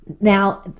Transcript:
Now